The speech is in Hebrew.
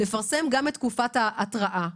לפרסם גם את תקופת ההתראה.